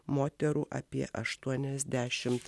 moterų apie aštuoniasdešimt